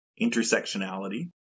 intersectionality